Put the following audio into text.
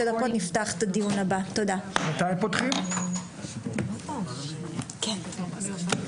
הישיבה ננעלה בשעה 11:53.